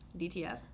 DTF